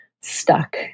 stuck